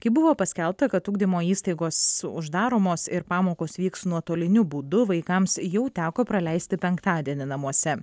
kai buvo paskelbta kad ugdymo įstaigos uždaromos ir pamokos vyks nuotoliniu būdu vaikams jau teko praleisti penktadienį namuose